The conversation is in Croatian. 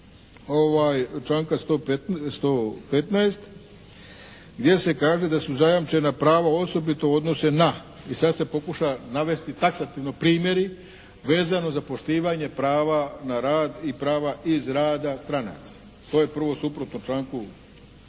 pitanje članka 115. gdje se kaže da se zajamčena prava osobito odnose na i sad se pokuša navesti taksativno primjeri vezano za poštivanje prava na rad i prava iz rada stranaca. To je prvo suprotno članku